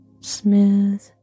smooth